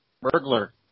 burglar